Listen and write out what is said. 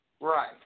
Right